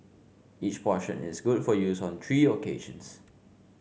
each portion is good for use on three occasions